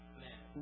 amen